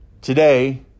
today